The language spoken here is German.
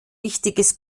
wichtiges